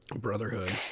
Brotherhood